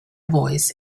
voice